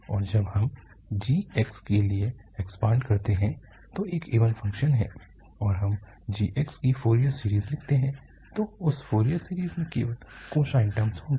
और जब हम यहाँ g के लिए इक्स्पान्ड करते हैं जो एक इवन फ़ंक्शन है और हम gx की फोरियर सीरीज़ लिखते हैं तो उस फोरियर सीरीज़ में केवल कोसाइन टर्म होंगे